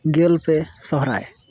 ᱜᱮᱞᱯᱮ ᱥᱚᱦᱨᱟᱭ